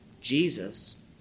Jesus